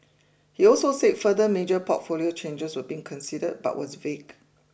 he also said further major portfolio changes were being considered but was vague